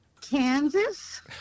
kansas